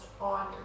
on